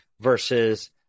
versus